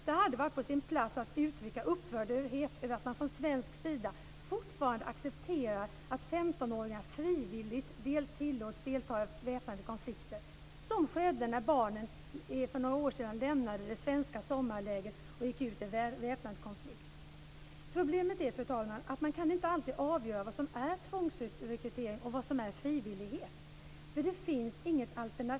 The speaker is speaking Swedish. Det hade varit på sin plats att uttrycka upprördhet över att man från svensk sida fortfarande accepterar att 15-åringar frivilligt tillåts delta i väpnade konflikter, såsom när barn från Kosovo lämnade svenska sommarläger och gick ut i väpnad konflikt. Fru talman! Problemet är att man inte alltid kan avgöra vad som är tvångsrekrytering och vad som är frivillighet.